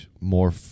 more